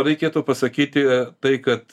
reikėtų pasakyti tai kad